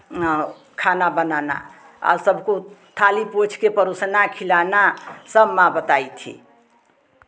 और खाना बनाना सबको थाली पोछ के परोसना खिलाना सब माँ बताई थी